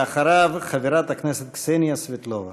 ואחריו, חברת הכנסת קסניה סבטלובה.